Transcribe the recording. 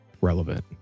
relevant